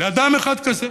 לאדם אחד כזה.